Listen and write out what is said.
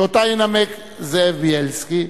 שאותה ינמק זאב בילסקי,